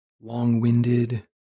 long-winded